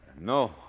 No